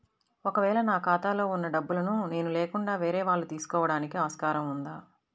ఒక వేళ నా ఖాతాలో వున్న డబ్బులను నేను లేకుండా వేరే వాళ్ళు తీసుకోవడానికి ఆస్కారం ఉందా?